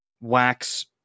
wax